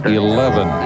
eleven